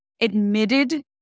admitted